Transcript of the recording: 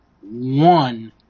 one